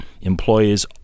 employees